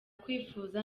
kwifuza